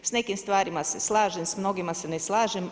S nekim stvarima se slažem, s mnogima se ne slažem.